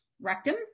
rectum